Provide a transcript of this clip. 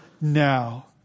now